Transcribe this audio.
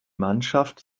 mannschaft